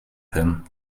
him